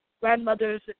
grandmothers